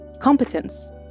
competence